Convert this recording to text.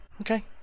Okay